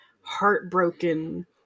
heartbroken